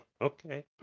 Okay